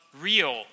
real